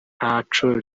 ntaco